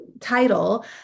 title